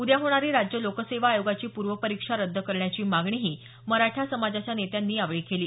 उद्या होणारी राज्य लोकसेवा आयोगाची पूर्व परीक्षा रद्द करण्याची मागणीही मराठा समाजाच्या नेत्यांनी यावेळी केली